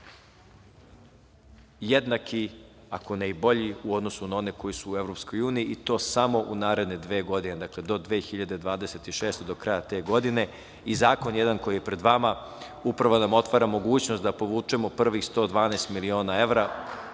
jednaki, ako ne i bolji, u odnosu na one koji su u EU, i to samo u naredne dve godine, dakle do 2026. godine, do kraja te godine. Zakon jedan koji je pred vama upravo nam otvara mogućnost da povučemo prvih 112 miliona evra